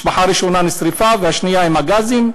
המשפחה הראשונה נשרפה, והשנייה, עם הגזים.